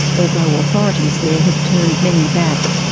although authorities there have turned many back.